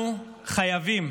אנחנו חייבים